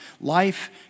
life